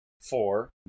Four